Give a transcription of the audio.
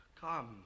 come